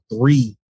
three